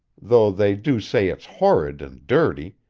though they do say it's horrid and dirty,